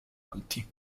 alti